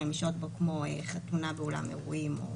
גם בבתי המלון יש אפשרות לשים את הקבוצה לאכול בחדר אוכל בחוץ או בחדר